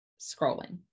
scrolling